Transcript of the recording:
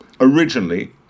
Originally